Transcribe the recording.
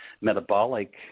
metabolic